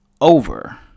over